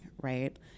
right